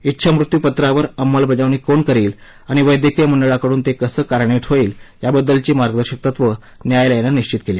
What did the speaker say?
डिछामृत्यूपत्रावर अंमलबजावणी कोण करील आणि वैद्यकीय मंडळाकडून ते कसं कार्यान्वित होईल याबद्दलची मार्गदर्शक तत्वं न्यायालयान निश्चित केली